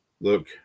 look